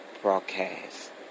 broadcast